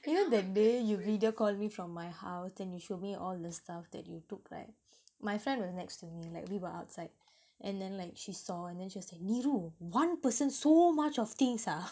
you know that day you video called me from my house then you showed me all the stuff that you took right my friend was next to me like we were outside and then like she saw and then she was like neeru one person so much things ah